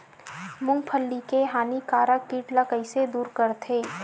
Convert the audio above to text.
मूंगफली के हानिकारक कीट ला कइसे दूर करथे?